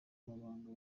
mabanga